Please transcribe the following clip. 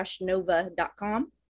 nova.com